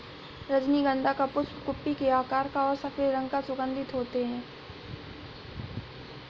रजनीगंधा का पुष्प कुप्पी के आकार का और सफेद रंग का सुगन्धित होते हैं